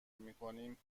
میکنیم